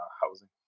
housing